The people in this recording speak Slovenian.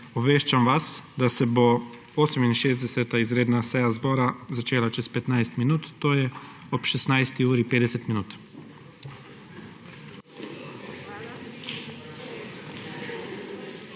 Obveščam vas, da se bo 68. izredna seja zbora začela čez 15 minut, to je ob 16.50